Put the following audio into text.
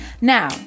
Now